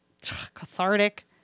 cathartic